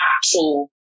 actual